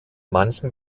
manchen